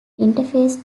interface